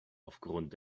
aufgrund